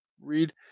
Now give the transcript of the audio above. read